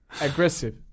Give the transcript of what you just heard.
aggressive